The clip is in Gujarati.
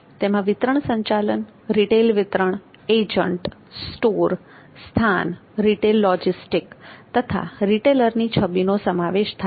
તેમાં વિતરણ સંચાલન રીટેલ વિતરણ એજન્ટ સ્ટોર સ્થાન રીટેલ લોજિસ્ટિક તથા રિટેલરની છબીનો સમાવેશ થાય છે